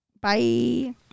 Bye